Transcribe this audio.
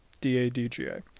d-a-d-g-a